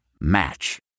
Match